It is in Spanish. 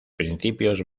principios